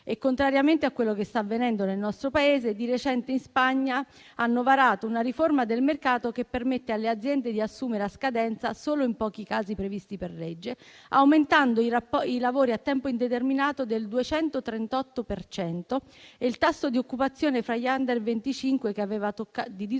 Contrariamente a quello che sta avvenendo nel nostro Paese, di recente in Spagna hanno varato una riforma del mercato che permette alle aziende di assumere a scadenza solo in pochi casi previsti per legge, aumentando i lavori a tempo indeterminato del 238 per cento e il tasso di disoccupazione fra gli *under* 25, che aveva toccato il